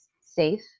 safe